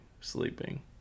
sleeping